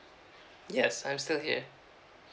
yes I'm still here